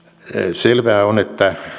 selvää on että